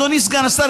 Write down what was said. אדוני סגן השר,